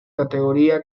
categoría